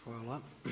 Hvala.